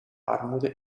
armoede